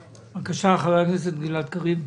בבקשה, חבר הכנסת גלעד קריב.